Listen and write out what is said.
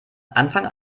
anfang